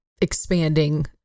expanding